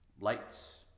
lights